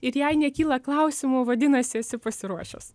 ir jei nekyla klausimų vadinasi esi pasiruošęs